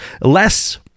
Less